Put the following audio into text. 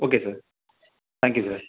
okay sir thank you sir